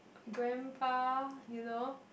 grandpa you know